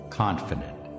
confident